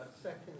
second